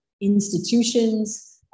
institutions